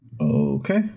Okay